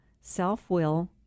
self-will